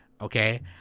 Okay